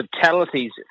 fatalities